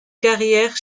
carrière